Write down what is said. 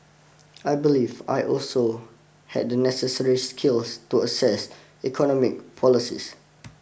I believe I also had the necessary skills to assess economic policies